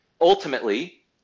ultimately